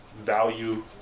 value